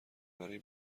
برای